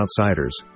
outsiders